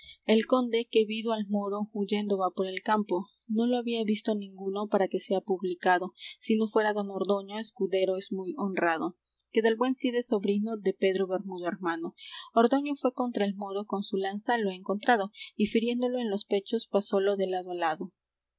el conde que vido al moro huyendo va por el campo no lo había visto ninguno para que sea publicado sino fuera don ordoño escudero es muy honrado que del buen cid es sobrino de pedro bermudo hermano ordoño fué contra el moro con su lanza lo ha encontrado y firiéndolo en los pechos pasólo de lado